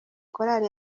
korali